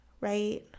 right